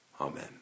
Amen